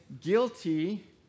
guilty